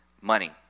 money